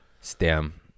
Stem